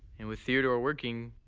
and with theodore working,